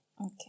Okay